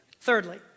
Thirdly